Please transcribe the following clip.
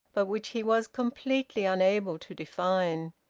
but which he was completely unable to define.